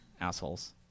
assholes